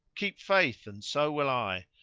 keep faith and so will i!